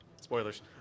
Spoilers